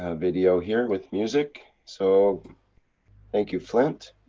ah video here with music, so thank you flint.